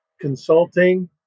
consulting